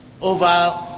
over